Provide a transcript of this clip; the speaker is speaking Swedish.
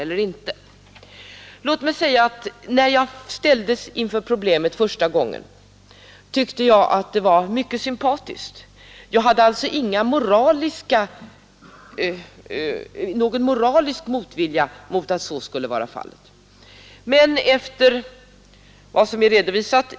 När jag första gången ställdes inför problemet tyckte jag att en förändring i den riktningen var mycket sympatisk. Jag hade alltså ingen moralisk motvilja mot en sådan anordning.